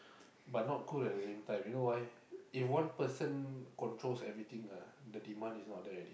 but not cool at the same time you know why if one person controls everything lah the demand is not there already